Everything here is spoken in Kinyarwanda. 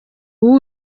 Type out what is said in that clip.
uwo